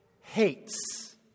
hates